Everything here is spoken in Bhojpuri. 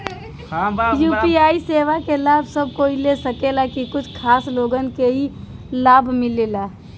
यू.पी.आई सेवा क लाभ सब कोई ले सकेला की कुछ खास लोगन के ई लाभ मिलेला?